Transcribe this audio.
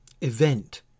event